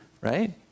Right